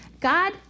God